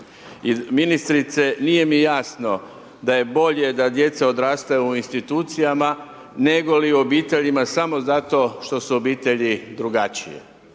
I ministrice, nije mi jasno da je bolje da djeca odrastaju u institucijama, nego li u obiteljima samo zato što su obitelji drugačije.